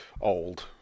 old